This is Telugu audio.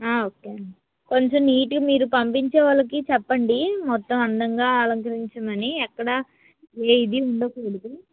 ఆ ఓకే అండి కొంచెం నీటుగా మీరు పంపించే వాళ్ళకు చెప్పండి మొత్తం అందంగా అలంకరించమని ఎక్కడ ఏది ఉండకూడదు